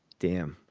damn.